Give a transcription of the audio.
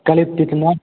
तल कितना